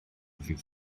ddydd